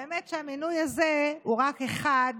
האמת שהמינוי הזה הוא רק עוולה אחת